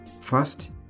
First